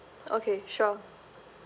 okay sure